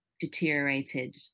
deteriorated